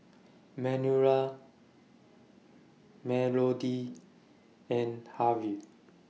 Manuela Melodee and Harvey